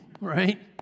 right